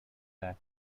that